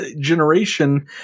generation